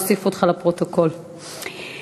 ההצעה להעביר את הצעת חוק הפסיכולוגים (תיקון מס' 7)